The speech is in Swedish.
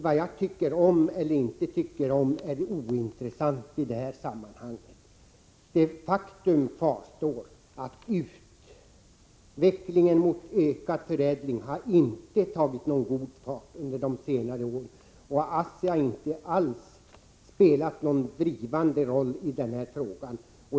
Vad jag tycker om eller inte tycker om är ointressant i det här sammanhanget. Faktum kvarstår att utvecklingen mot ökad förädling inte har tagit god fart under de senare åren. ASSI har inte alls spelat någon drivande roll i den här frågan.